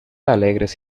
alegres